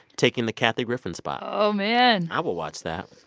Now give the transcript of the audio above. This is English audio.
taking the kathy griffin spot oh, man i will watch that.